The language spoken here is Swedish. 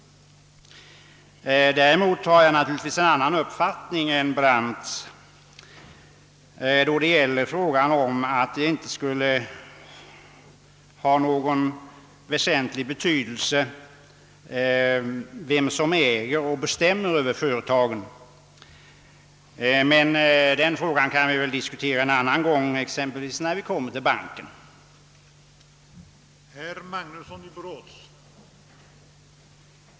Däremot har jag naturligtvis en annan uppfattning än herr Brandt när han anser att det inte skulle ha någon större betydelse vem som äger företagen och bestämmer över dem. Men den frågan kan vi väl diskutera en annan gång, exempelvis när för slaget om denna bank skall behandlas av riksdagen.